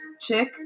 chick